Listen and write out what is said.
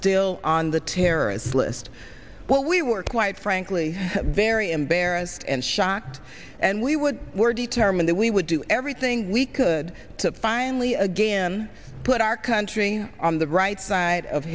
still on the terrorist list what we were quite frankly very embarrassed and shocked and we would were determined that we would do everything we could to finally again put our country on the right side of